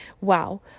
wow